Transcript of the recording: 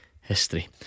history